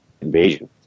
invasion